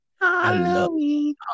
Halloween